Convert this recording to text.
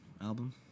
album